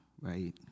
right